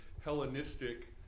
Hellenistic